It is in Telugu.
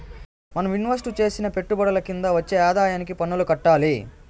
మనం ఇన్వెస్టు చేసిన పెట్టుబడుల కింద వచ్చే ఆదాయానికి పన్నులు కట్టాలి